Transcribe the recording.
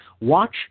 Watch